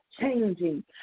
changing